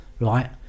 right